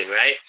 right